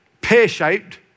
pear-shaped